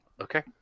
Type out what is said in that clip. okay